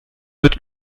mit